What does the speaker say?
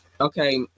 okay